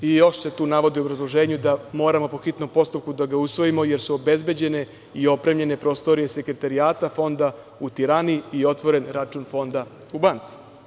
Još se tu navodi u obrazloženju da moramo po hitnom postupku da ga usvojimo, jer su obezbeđene i opremljene prostorije sekretarijata fonda u Tirani i otvoren račun fonda u banci.